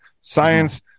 science